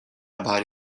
about